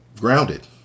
grounded